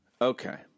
okay